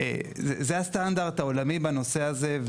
זה הסטנדרט העולמי בנושא הזה,